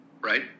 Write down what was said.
right